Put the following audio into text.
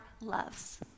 loves